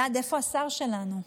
אלעד, איפה השר שלנו?